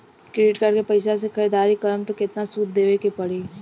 Credit card के पैसा से ख़रीदारी करम त केतना सूद देवे के पड़ी?